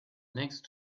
next